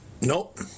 nope